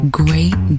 great